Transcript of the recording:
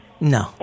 No